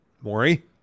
Maury